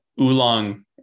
Oolong